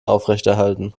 aufrechterhalten